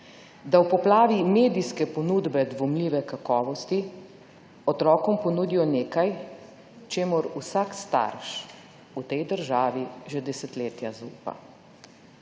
da v poplavi medijske ponudbe dvomljive kakovosti otrokom ponudijo nekaj, čemur vsak starš v tej državi že desetletja zaupa.